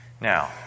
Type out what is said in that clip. Now